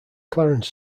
clarence